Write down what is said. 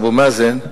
אבו מאזן,